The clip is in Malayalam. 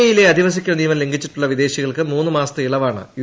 ഇ യിലെ അധിവസിക്കൽ നിയമം ലംഘിച്ചിട്ടുള്ള വിദേശികൾക്ക് മൂന്നു മാസത്തെ ഇളവാണ് യു